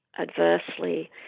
adversely